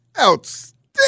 Outstanding